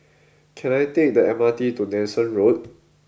can I take the M R T to Nanson Road